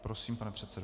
Prosím, pane předsedo.